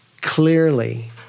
clearly